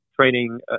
training